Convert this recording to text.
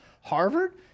Harvard